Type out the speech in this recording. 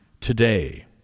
today